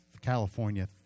California